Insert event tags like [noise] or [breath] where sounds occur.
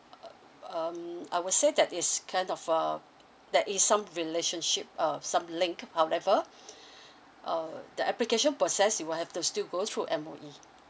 uh um I would say that it's kind of uh that is some relationship um some link however [breath] uh the application process you will have to still go through M_O_E